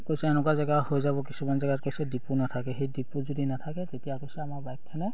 কৈছে এনেকুৱা জেগা হৈ যাব কিছুমান জেগাত কৈছে ডিপু নথাকে সেই ডিপু যদি নাথাকে তেতিয়া কৈছে আমাৰ বাইকখনে